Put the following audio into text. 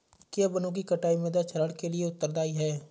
क्या वनों की कटाई मृदा क्षरण के लिए उत्तरदायी है?